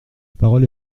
parole